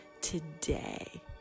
Today